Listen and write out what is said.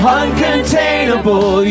uncontainable